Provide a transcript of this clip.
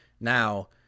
Now